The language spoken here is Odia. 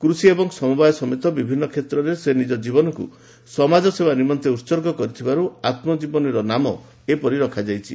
କୃଷି ଏବଂ ସମବାୟ ସମେତ ବିଭିନ୍ନ କ୍ଷେତ୍ରରେ ସେ ନିଜ ଜୀବନକୁ ସମାଜସେବା ନିମନ୍ତେ ଉତ୍ଗ କରିଥିବାରୁ ଆତ୍ମଜୀବନର ନାମ ଏପରି ରଖା ଯାଇଛି